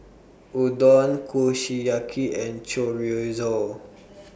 Udon Kushiyaki and Chorizo